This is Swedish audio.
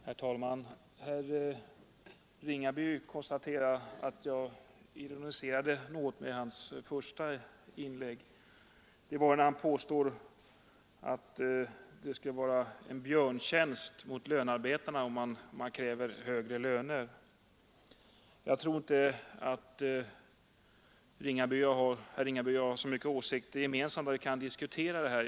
Herr talman! Herr Ringaby konstaterar att jag ironiserade något över hans första inlägg, där han påstod att det skulle vara en björntjänst åt löntagarna om man kräver högre löner. Jag tror inte att herr Ringaby och jag har så många åsikter gemensamma att vi kan diskutera detta.